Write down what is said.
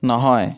নহয়